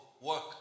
work